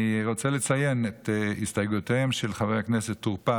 אני רוצה לציין את הסתייגויותיהם של חבר הכנסת טור פז,